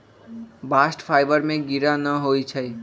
bast fibre में गिरह न होई छै